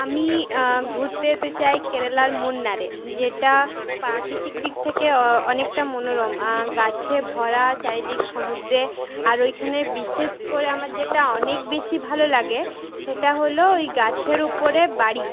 আমি ঘুরতে যেতে চাই কেরালার মুন্নারে যেটা প্রাকৃতিক দিক থেকে অনেকটা মনোরম গাছে ভরা চারিদিক সমুদ্রে আর ওইখানে বিশেষ করে আমার যেটা অনেক বেশি ভালো লাগে সেটা হল ওই গাছের উপরে বাড়ি